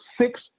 six